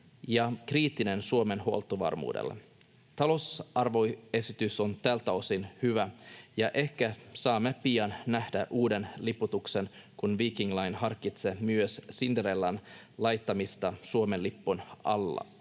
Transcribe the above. ja kriittinen Suomen huoltovarmuudelle. Talousarvioesitys on tältä osin hyvä, ja ehkä saamme pian nähdä uuden liputuksen, kun Viking Line harkitsee myös Cinderellan laittamista Suomen lipun alle,